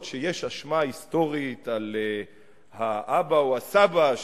שיש אשמה היסטורית על האבא או הסבא,